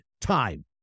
time